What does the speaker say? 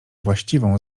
właściwą